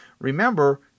Remember